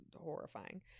horrifying